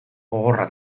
gogorra